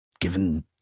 given